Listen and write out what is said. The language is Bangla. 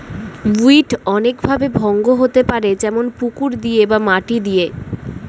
উইড অনেক ভাবে ভঙ্গ হতে পারে যেমন পুকুর দিয়ে বা মাটি দিয়ে